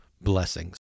Blessings